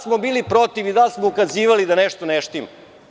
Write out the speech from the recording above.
smo bili protiv i da li smo ukazivali da nešto ne štima.